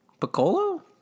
Piccolo